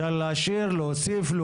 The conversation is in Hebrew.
אני רוצה לפתוח, להתחיל את הדיון.